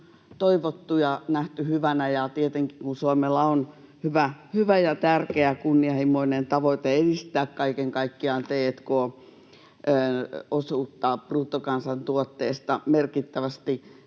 toivottu ja nähty hyvänä. Tietenkin kun Suomella on hyvä ja tärkeä kunnianhimoinen tavoite edistää kaiken kaikkiaan t&k-osuutta bruttokansantuotteesta merkittävästi,